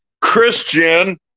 Christian